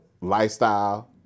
lifestyle